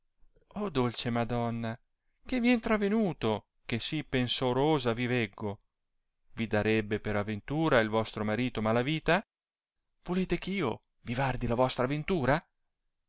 disse dolce madonna che vien tra venuto che sì pensorosa vi veggo vi darebbe per avventura il vostro marito mala vita volete ch'io vi vardi la vostra ventura